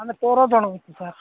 ମାନେ ପର ଜଣଙ୍କୁ ସାର୍